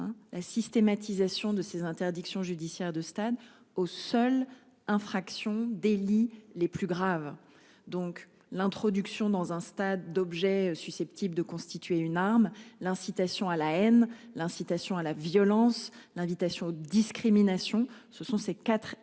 la systématisation de ces interdictions judiciaires de stade aux seules infractions délits les plus graves. Donc l'introduction dans un stade objet susceptible de constituer une arme l'incitation à la haine, l'incitation à la violence. L'invitation aux discriminations. Ce sont ces 4 éléments